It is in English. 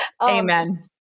Amen